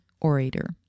orator